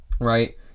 right